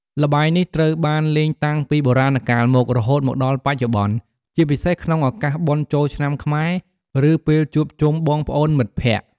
ល្បែងនេះត្រូវបានលេងតាំងពីបុរាណកាលមក រហូតមកដល់បច្ចុប្បន្ន ជាពិសេសក្នុងឱកាសបុណ្យចូលឆ្នាំខ្មែរ ឬពេលជួបជុំបងប្អូនមិត្តភក្តិ។